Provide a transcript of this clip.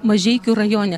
mažeikių rajone